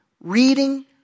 Reading